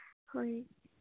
ꯍꯣꯏ